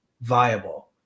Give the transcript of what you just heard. viable